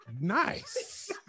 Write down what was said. Nice